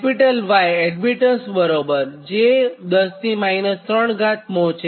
Y j 10 3 mho છે